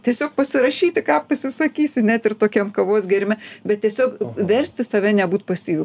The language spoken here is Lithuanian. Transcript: tiesiog pasirašyti ką pasisakysi net ir tokiam kavos gėrime bet tiesiog versti save nebūt pasyviu